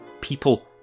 People